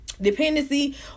dependency